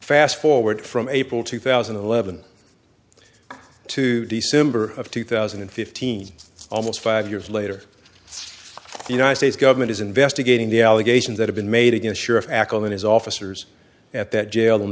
fast forward from april two thousand and eleven to december of two thousand and fifteen almost five years later the united states government is investigating the allegations that have been made against your acl and his officers at that jail them